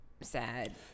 sad